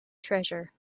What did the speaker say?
treasure